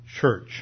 church